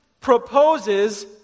proposes